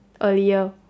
earlier